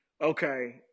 okay